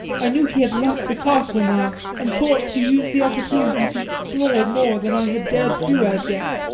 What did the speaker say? i knew he had left the castle now, and thought to use the opportunity to explore more than i had dared to do as yet.